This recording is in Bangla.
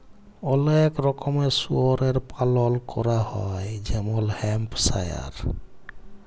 অলেক রকমের শুয়রের পালল ক্যরা হ্যয় যেমল হ্যাম্পশায়ার